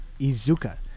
Izuka